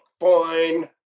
fine